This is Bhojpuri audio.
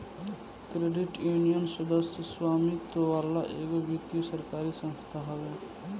क्रेडिट यूनियन, सदस्य स्वामित्व वाला एगो वित्तीय सरकारी संस्था हवे